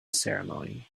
ceremony